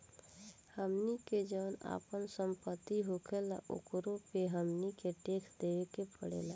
हमनी के जौन आपन सम्पति होखेला ओकरो पे हमनी के टैक्स देबे के पड़ेला